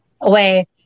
away